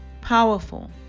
powerful